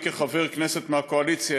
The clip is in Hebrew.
כחבר כנסת מהקואליציה,